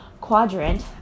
quadrant